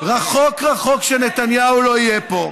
רחוק רחוק, כשנתניהו לא יהיה פה,